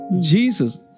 Jesus